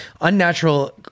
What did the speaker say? Unnatural